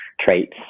traits